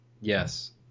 yes